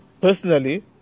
Personally